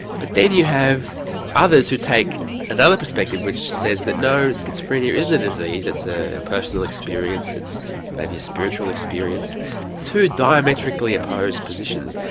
but then you have others who take another perspective which says that no, schizophrenia isn't a disease it's a personal experience, maybe a spiritual experience two diametrically opposed positions.